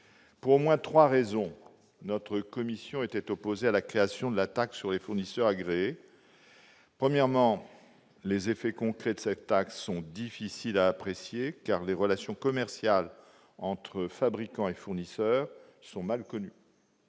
Pour au moins trois raisons, notre commission était opposée à la création de la taxe sur les fournisseurs agréés. Premièrement, les effets concrets de cette taxe sont difficiles à apprécier, car les relations commerciales entre fabricants et fournisseurs sont mal connues,